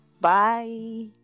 bye